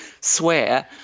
swear